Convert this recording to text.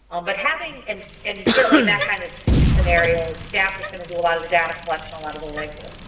um but having, and and certainly in that kind of scenario staff is going to do a lot of the data collection, a lot of the legwork.